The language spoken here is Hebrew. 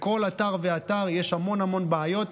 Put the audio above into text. בכל אתר ואתר יש המון המון בעיות.